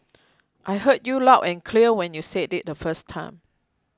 I heard you loud and clear when you said it the first time